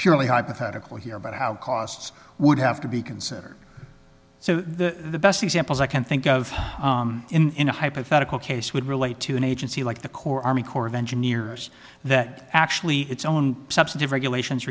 purely hypothetical here but how costs would have to be considered so the best examples i can think of in a hypothetical case would relate to an agency like the corps army corps of engineers that actually it's own subsidies regulations